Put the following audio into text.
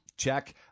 Check